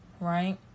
right